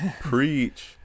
Preach